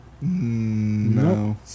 No